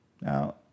now